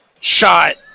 shot